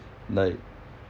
like